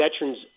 veterans